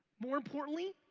more importantly,